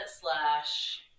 slash